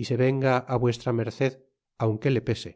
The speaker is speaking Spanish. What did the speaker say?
é se venga v md aunque le pese